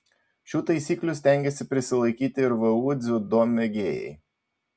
šių taisyklių stengiasi prisilaikyti ir vu dziudo mėgėjai